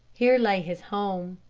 here lay his home.